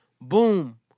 Boom